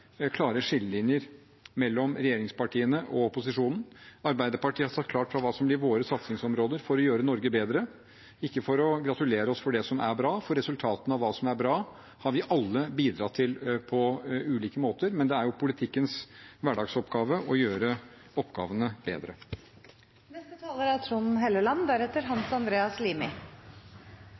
klare skillelinjer mellom regjeringspartiene og opposisjonen. Arbeiderpartiet har sagt klart fra om hva som blir våre satsingsområder for å gjøre Norge bedre, ikke for å gratulere oss for det som er bra, for de gode resultatene har vi alle bidratt til på ulike måter, men det er jo politikkens hverdagsoppgave å gjøre oppgavene